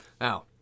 Now